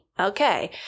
Okay